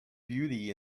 beauty